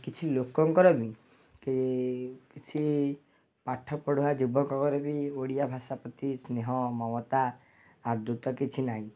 କିଛି ଲୋକଙ୍କର ବି କି କିଛି ପାଠ ପଢୁଆ ଯୁବକଙ୍କର ବି ଓଡ଼ିଆ ଭାଷା ପ୍ରତି ସ୍ନେହ ମମତା ଆଦୃତ କିଛି ନାହିଁ